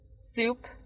Soup